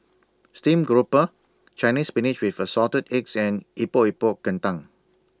Stream Grouper Chinese Spinach with Assorted Eggs and Epok Epok Kentang